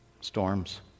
Storms